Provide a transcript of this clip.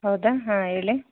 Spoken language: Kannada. ಹೌದಾ ಹಾಂ ಹೇಳಿ